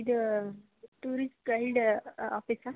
ಇದು tourist guide office